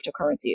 cryptocurrencies